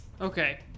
Okay